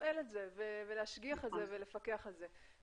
לתפעל את זה , להשגיח ולפקח על זה.